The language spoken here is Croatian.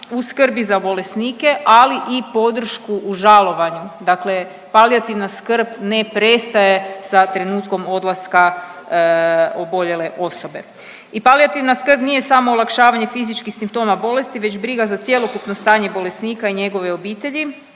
u skrbi za bolesnike, ali i podršku u žalovanju. Dakle, palijativna skrb ne prestaje sa trenutkom odlaska oboljele osobe. I palijativna skrb nije samo olakšavanje fizičkih simptoma bolesti već briga za cjelokupno stanje bolesnika i njegove obitelji